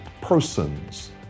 persons